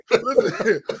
listen